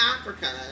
africa